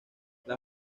las